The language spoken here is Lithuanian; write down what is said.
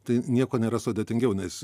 tai nieko nėra sudėtingiau nes